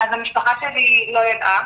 המשפחה שלי לא ידעה,